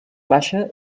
baixa